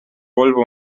volvo